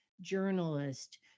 journalist